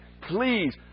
please